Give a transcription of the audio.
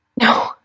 no